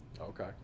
Okay